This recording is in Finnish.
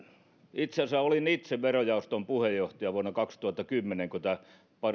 itse asiassa olin itse verojaoston puheenjohtaja vuonna kaksituhattakymmenen kun tämä